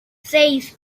seis